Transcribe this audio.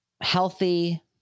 healthy